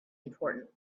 important